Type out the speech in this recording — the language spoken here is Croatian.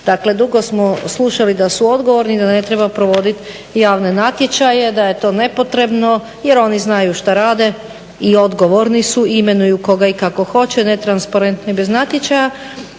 Dakle, dugo smo slušali da su odgovorni i da ne treba provoditi javne natječaje, da je to nepotrebno jer oni znaju što rade i odgovorni su i imenuju koga i kako hoće netransparentno i bez natječaja,